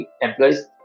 employees